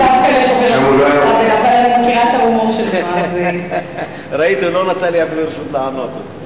חבר הכנסת כבל ידאג לחתולים כמו שהוא דואג למשרתים במילואים.